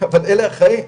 אבל אלה החיים.